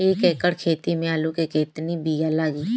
एक एकड़ खेती में आलू के कितनी विया लागी?